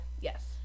yes